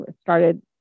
started